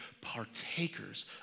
partakers